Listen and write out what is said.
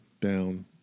down